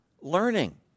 learning